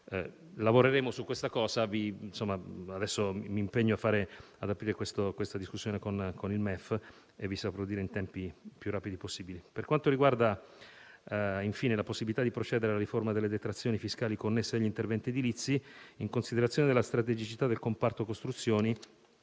Lavoreremo su questo. Adesso mi impegno ad aprire questa discussione con il MEF e vi saprò dire in tempi più rapidi possibili. Per quanto riguarda, infine, la possibilità di procedere alla riforma delle detrazioni fiscali connesse agli interventi edilizi, in considerazione della strategicità del comparto costruzioni,